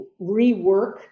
rework